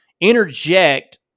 interject